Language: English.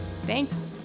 Thanks